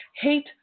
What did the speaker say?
Hate